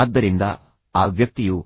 ಆದ್ದರಿಂದ ಆ ವ್ಯಕ್ತಿಯು